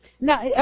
Now